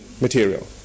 material